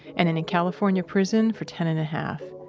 and in a california prison for ten-and-a-half.